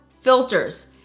filters